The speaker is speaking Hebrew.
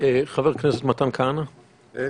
חבר הכנסת מתן כהנא, בבקשה.